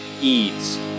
Eads